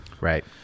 Right